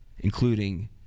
Including